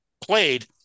played